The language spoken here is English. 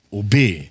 obey